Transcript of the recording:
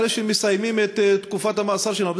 אחרי שהם מסיימים את תקופת המאסר שלהם,